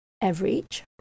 average